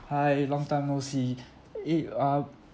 hi long time no see eh uh